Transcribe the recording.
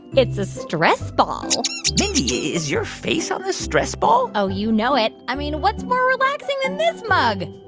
it's a stress ball mindy, is your face on this stress ball? oh, you know it. i mean, what's more relaxing than this mug?